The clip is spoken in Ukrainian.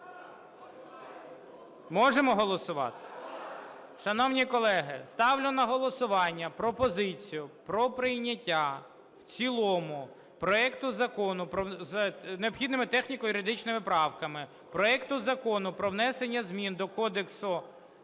Можемо голосувати? Шановні колеги, ставлю на голосування пропозицію про прийняття в цілому проекту Закону… з необхідними техніко-юридичними правками проекту Закону про внесення змін до Кодексу